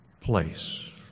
place